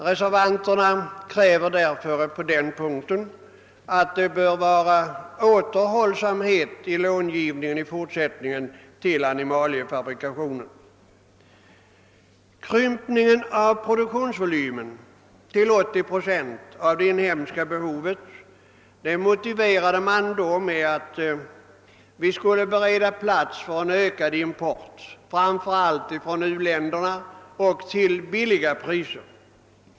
Reservanterna kräver därför på denna punkt återhållsamhet i fortsätt Krympningen av produktionsvolymen till 80 procent av det inhemska behovet motiverade man då med att vi skulle bereda plats för en ökad import, framför allt från u-länderna, till billiga priser.